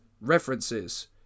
references